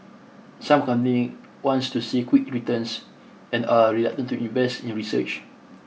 some companies want to see quick returns and are reluctant to invest in research